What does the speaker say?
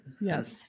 yes